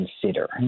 consider